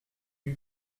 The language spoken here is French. lui